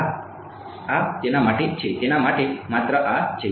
હા આ તેના માટે છે તેના માટે માત્ર આ માટે